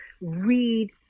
read